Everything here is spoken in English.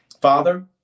Father